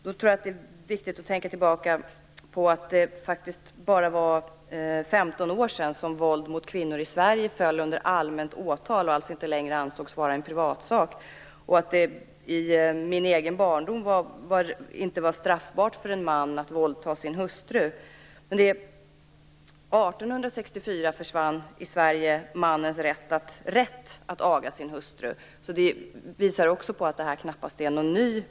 Det är viktigt att tänka på att det faktiskt bara är 15 år sedan som våld mot kvinnor i Sverige föll under allmänt åtal, och inte längre ansågs vara en privatsak. Så sent som i min egen barndom var det inte heller straffbart för en man att våldta sin hustru. 1864 försvann mannens rätt att aga sin hustru i Sverige. Detta visar att denna problemställning knappast är ny.